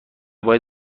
باید